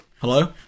Hello